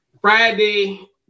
Friday